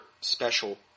special